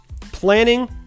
Planning